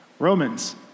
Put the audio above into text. Romans